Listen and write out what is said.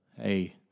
hey